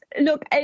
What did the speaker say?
Look